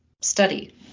study